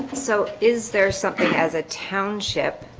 so is there something as a township